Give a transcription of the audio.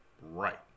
Right